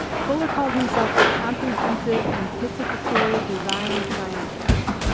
fuller called himself a comprehensive anticipatory design scientist.